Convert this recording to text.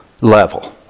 level